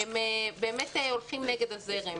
באמת הולכים נגד הזרם.